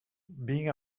being